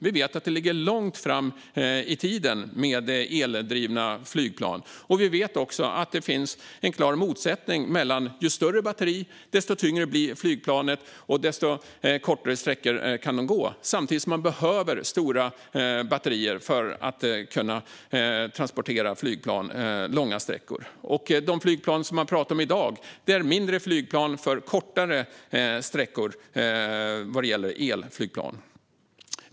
Vi vet att eldrivna flygplan ligger långt fram i tiden, och vi vet också att det finns en klar motsättning: Ju större batteri, desto tyngre blir flygplanet och desto kortare sträckor kan det gå. Samtidigt behövs det stora batterier för att transportera flygplan långa sträckor. De elflygplan man pratar om i dag är mindre flygplan för kortare sträckor.